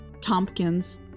Tompkins